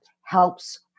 helps